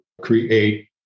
create